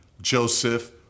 Joseph